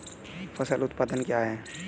फसल उत्पादन क्या है?